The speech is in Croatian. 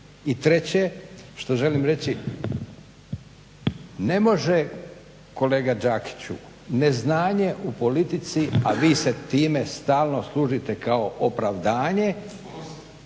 I treće što želim reći, ne može kolega Đakiću, neznanje u politici, a vi se time stalno služite kao opravdanje,